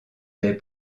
des